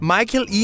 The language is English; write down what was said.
Michael